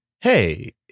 Hey